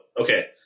okay